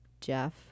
Jeff